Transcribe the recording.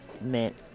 meant